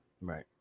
Right